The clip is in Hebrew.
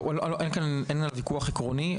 אין כאן ויכוח עקרוני,